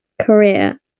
career